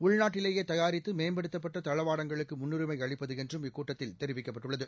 உள்நாட்டிலேயே தயாரித்து மேம்படுத்தப்பட்ட தளவாடங்களுக்கு முன்னுரிமை அளிப்பது என்றும் இக்கூட்டத்தில் தெரிவிக்கப்பட்டது